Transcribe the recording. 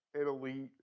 elite